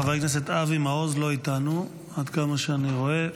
חבר הכנסת אבי מעוז לא איתנו, עד כמה שאני רואה.